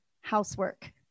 housework